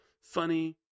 Funny